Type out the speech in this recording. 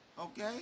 Okay